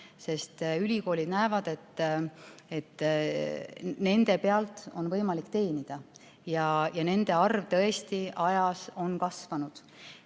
sest ülikooli näevad, et nende pealt on võimalik teenida. Ja nende õppekavade arv tõesti on kasvanud.